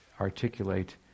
articulate